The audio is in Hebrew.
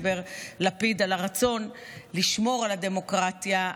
לפיד דיבר על הרצון לשמור על הדמוקרטיה.